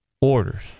orders